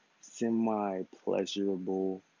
semi-pleasurable